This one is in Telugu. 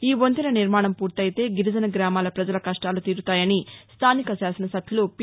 ఈ వంతెన నిర్మాణం పూర్తయితే గిరిజన గ్రామాల ప్రజల కష్యాలు తీరుతాయని స్లానిక శాసన సభ్యులు పి